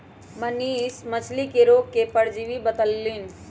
मनीष मछ्ली के रोग के परजीवी बतई लन